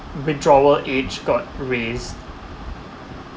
withdrawal age got raise